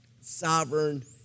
sovereign